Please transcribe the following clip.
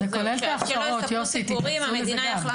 זה כולל את ההכשרות, יוסי תתייחסו לזה גם.